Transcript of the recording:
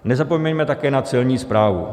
Nezapomeňme také na Celní správu.